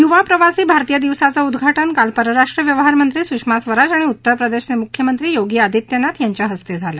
युवा प्रवासी भारतीय दिवसाचं उद्घाटन काल परराष्ट्र व्यवहार मंत्री सुषमा स्वराज आणि उत्तर प्रदेशचे मुख्यमंत्री योगी आदित्यनाथ यांच्या हस्ते झालं